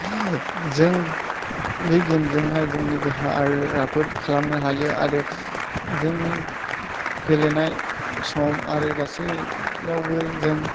जों बे गेमजोंहाय जोंनि देहा आरो राफोद खालामनो हायो आरो जोंनि गेलेनाय सम आराे गासैयावबो जों